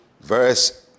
verse